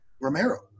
Romero